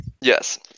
Yes